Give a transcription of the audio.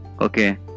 okay